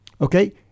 Okay